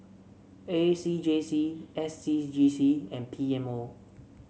A C J C S C G C and P M O